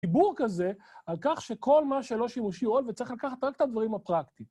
סיפור כזה על כך שכל מה שלא שימושי עוד, וצריך לקחת רק את הדברים הפרקטיים.